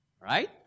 Right